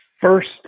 first